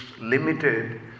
limited